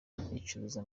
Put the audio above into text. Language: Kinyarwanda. icuruza